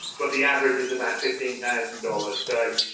but the average is about fifteen thousand dollars. so,